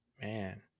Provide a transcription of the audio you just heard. man